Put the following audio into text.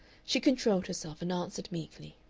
she controlled herself, and answered meekly,